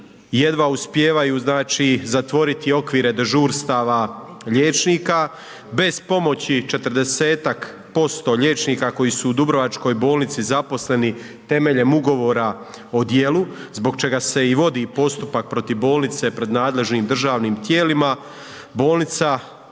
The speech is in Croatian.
Jedva uspijevaju znači zatvoriti okvire dežurstava liječnika bez pomoći 40-ak posto liječnika koji su u Dubrovačkoj bolnici zaposleni temeljem ugovora o djelu zbog čega se i vodi postupak protiv bolnice pred nadležnim državnim tijelima,